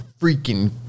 freaking